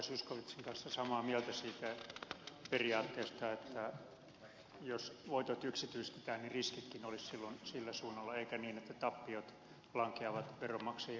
zyskowiczin kanssa samaa mieltä siitä periaatteesta että jos voitot yksityistetään niin riskitkin olisivat silloin sillä suunnalla eikä niin että tappiot lankeavat veronmaksajien maksettavaksi